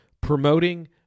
promoting